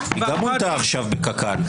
היא גם הייתה עכשיו בקק"ל.